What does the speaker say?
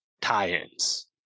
Tie-ins